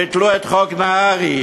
ביטלו את חוק נהרי,